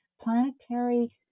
planetary